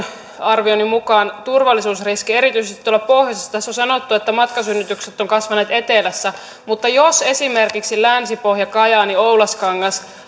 arvioni mukaan turvallisuusriski erityisesti tuolla pohjoisessa tässä on sanottu että matkasynnytykset ovat kasvaneet etelässä mutta jos esimerkiksi alueelta länsipohja kajaani oulaskangas